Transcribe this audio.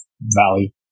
Valley